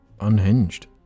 Unhinged